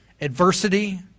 adversity